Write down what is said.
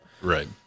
Right